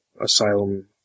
Asylum